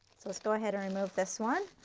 so let's go ahead and remove this one.